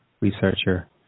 researcher